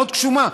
מאוד גשומה.